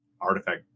artifact